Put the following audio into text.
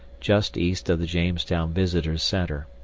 just east of the jamestown visitor center.